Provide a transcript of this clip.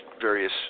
various